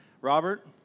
Robert